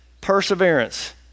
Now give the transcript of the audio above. perseverance